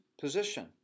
position